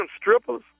strippers